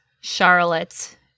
charlotte